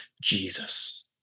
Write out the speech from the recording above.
Jesus